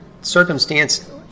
circumstance